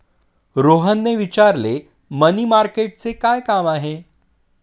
रोहनने विचारले, मनी मार्केटचे काय काम आहे?